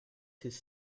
his